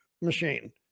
machine